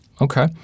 Okay